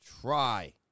try